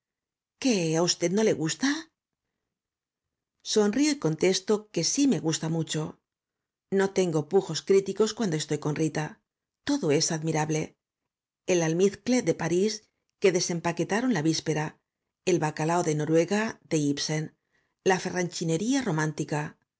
qué á usted no le gusta sonrío y contesto que sí me gusta m u c h o no tengo pujos críticos cuando estoy con rita t o d o es admirable el almizcle de parís que desempaquetaron la víspera el bacalao de noruega de ibsen la ferranchinería romántica las